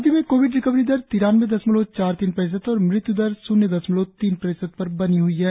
राज्य में Covid recovery दर तिरानबे दशमलव चार तीन प्रतिशत है और मृत्यु दर शून्य दशमलव तीन प्रतिशत पर बनी हुई है